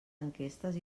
enquestes